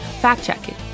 Fact-checking